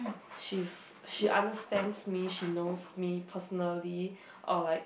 she's she understands me she knows me personally uh like